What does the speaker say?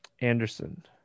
Anderson